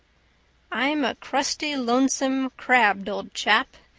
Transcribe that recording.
i'm a crusty, lonesome, crabbed old chap,